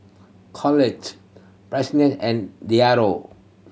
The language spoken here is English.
Claud Pearlene and